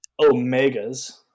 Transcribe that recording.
omegas